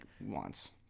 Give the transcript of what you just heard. wants